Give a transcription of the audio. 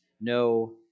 no